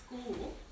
school